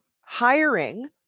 hiring